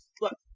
look